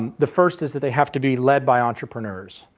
and the first is that they have to be led by entrepreneurs.